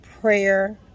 prayer